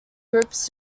groups